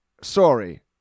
Sorry